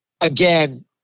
again